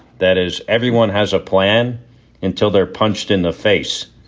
that is, everyone has a plan until they're punched in the face.